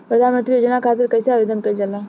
प्रधानमंत्री योजना खातिर कइसे आवेदन कइल जाला?